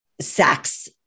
sex